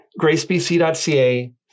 gracebc.ca